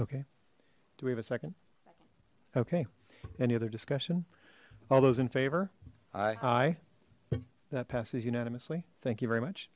okay do we have a second okay any other discussion all those in favor aye aye that passes unanimously thank you very much